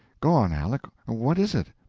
go on, aleck. what is it?